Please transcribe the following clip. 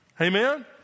Amen